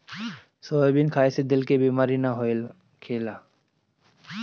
soybean खाए से दिल के बेमारी नाइ होखेला